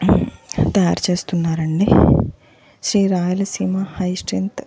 తయారుచేస్తున్నారండి Sri Rayalaseema high strength